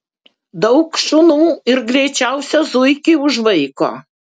daug šunų ir greičiausią zuikį užvaiko